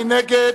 מי נגד?